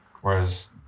Whereas